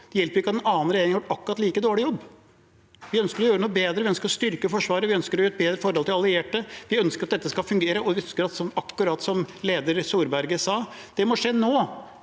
Det hjelper ikke at en annen regjering har gjort en akkurat like dårlig jobb. Vi ønsker å gjøre noe bedre. Vi ønsker å styrke Forsvaret. Vi ønsker et bedre forhold til allierte. Vi ønsker at dette skal fungere, og akkurat som kommisjonslederen Knut Storberget sa, må det skje nå,